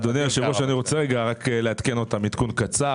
אדוני היושב ראש, אני רוצה לעדכן עדכון קצר.